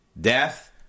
death